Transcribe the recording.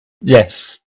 yes